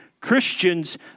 Christians